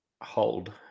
Hold